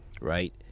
right